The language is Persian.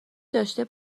داشته